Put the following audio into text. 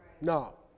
No